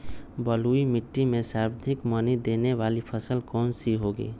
बलुई मिट्टी में सर्वाधिक मनी देने वाली फसल कौन सी होंगी?